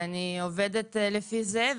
ואני עובדת לפי זה,